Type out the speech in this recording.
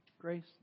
Grace